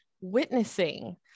witnessing